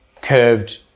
curved